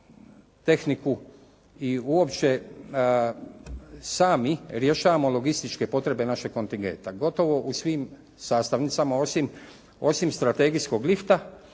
tehniku i uopće sami rješavamo logističke potrebe našeg kontingenta gotovo u svim sastavnicama osim strategijskog lifta,